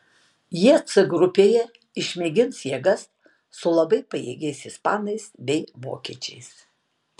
jie c grupėje išmėgins jėgas su labai pajėgiais ispanais bei vokiečiais